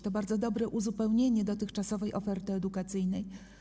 To bardzo dobre uzupełnienie dotychczasowej oferty edukacyjnej.